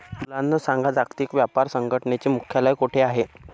मुलांनो सांगा, जागतिक व्यापार संघटनेचे मुख्यालय कोठे आहे